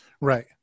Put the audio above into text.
Right